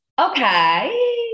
Okay